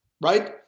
right